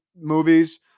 movies